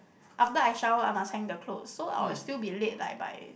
after I shower I must hang the clothes so I will still be late like by